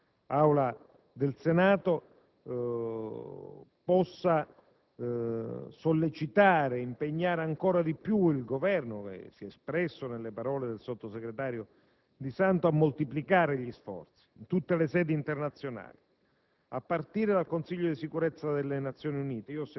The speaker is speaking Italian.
unanime di questa mozione oggi nell'Aula del Senato possa impegnare ancor di più il Governo, che si è espresso nelle parole del sottosegretario Di Santo, a moltiplicare gli sforzi in tutte le sedi internazionali,